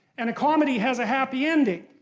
and a comedy has a happy ending,